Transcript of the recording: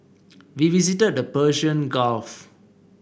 we visited the Persian Gulf